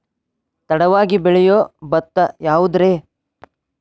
ತಡವಾಗಿ ಬೆಳಿಯೊ ಭತ್ತ ಯಾವುದ್ರೇ?